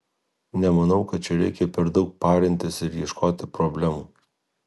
nemanau kad čia reikia per daug parintis ir ieškoti problemų